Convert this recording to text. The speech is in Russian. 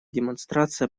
демонстрация